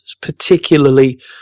particularly